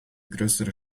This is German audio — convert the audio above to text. größere